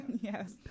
yes